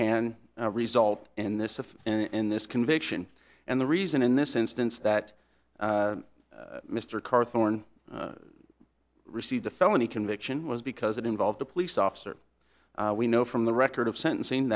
can result in this if and this conviction and the reason in this instance that mr karr thorn received a felony conviction was because it involved a police officer we know from the record of sentencing